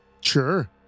Sure